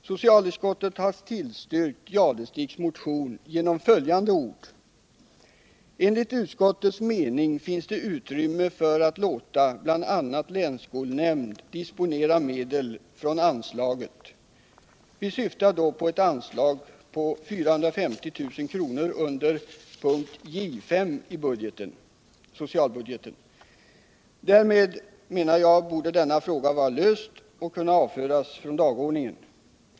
Socialutskottet har tillstyrkt herr Jadestigs motion genom följande ord: ”Enligt utskottets mening finns det utrymme för att låta bl.a. länsskolnämnd disponera medel från anslaget.” Vi syftar då på ett anslag av 450 000 kr. under punkten J. 5 i socialbudgeten. Därmed, menar jag, borde detta problem vara löst och kunna avföras från dagordningen.